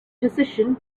decision